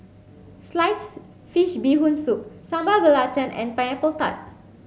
sliced fish bee hoon soup Sambal Belacan and pineapple tart